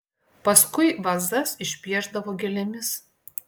paskui vazas išpiešdavo gėlėmis